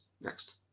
next